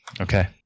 Okay